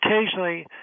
Occasionally